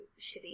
Shitty